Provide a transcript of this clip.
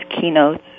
keynotes